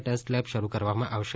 test lab શરૂ કરવામાં આવશે